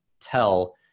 tell